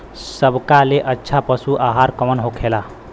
सबका ले अच्छा पशु आहार कवन होखेला?